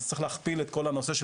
אז צריך להכפיל את כל הנושא,